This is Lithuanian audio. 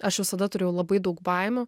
aš visada turėjau labai daug baimių